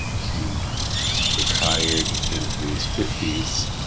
he retired in his fifty s,